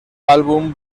álbum